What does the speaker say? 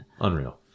Unreal